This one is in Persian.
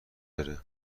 بره